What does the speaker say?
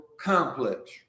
complex